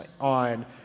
on